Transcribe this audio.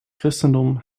christendom